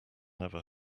never